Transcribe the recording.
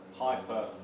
hyper